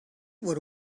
what